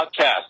podcast